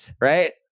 Right